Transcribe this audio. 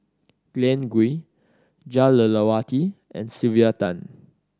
Glen Goei Jah Lelawati and Sylvia Tan